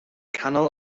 canol